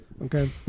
Okay